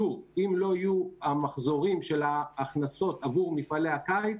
אם לא יהיו המחזורים של ההכנסות עבור מפעלי הקיץ,